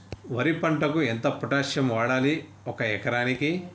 వరి పంటకు ఎంత పొటాషియం వాడాలి ఒక ఎకరానికి?